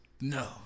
No